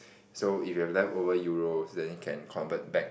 so if you have leftover Euros then you can convert back